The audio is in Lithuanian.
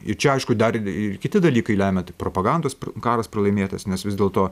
ir čia aišku dar ir kiti dalykai lemia tai propagandos karas pralaimėtas nes vis dėlto